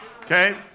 Okay